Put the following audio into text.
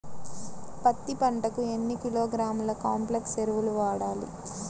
పత్తి పంటకు ఎన్ని కిలోగ్రాముల కాంప్లెక్స్ ఎరువులు వాడాలి?